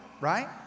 right